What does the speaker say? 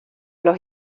los